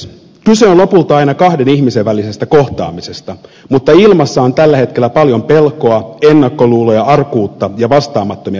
kyse on lopulta aina kahden ihmisen välisestä kohtaamisesta mutta ilmassa on tällä hetkellä paljon pelkoa ennakkoluuloja arkuutta ja vastaamattomia kysymyksiä